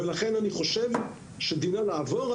ולכן דינה לעבור.